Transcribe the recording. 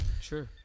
Sure